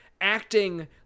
acting